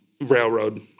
railroad